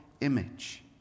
image